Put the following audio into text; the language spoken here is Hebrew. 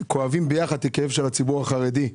כואבים ביחד את הכאב של הציבור החרדי.